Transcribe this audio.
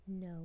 No